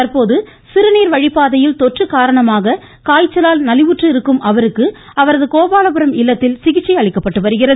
தந்போது சிறுநீர் வழிப்பாதையில் தொற்று காரணமாக காயச்சலால் நலிவுற்றிருக்கும் அவருக்கு அவரது கோபாலபுரம் இல்லத்தில் சிகிச்சை அளிக்கப்பட்டு வருகிறது